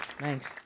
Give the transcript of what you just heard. Thanks